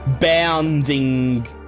bounding